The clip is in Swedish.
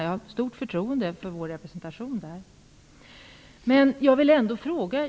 Jag har stort förtroende för vår representation där.